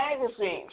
magazines